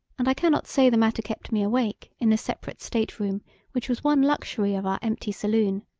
and i cannot say the matter kept me awake in the separate state-room which was one luxury of our empty saloon.